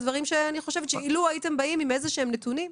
לו הייתם באים עם איזשהם נתונים,